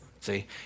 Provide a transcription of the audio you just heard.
See